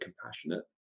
compassionate